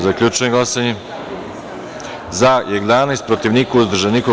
Zaključujem glasanje: za – 11, protiv – niko, uzdržan – niko.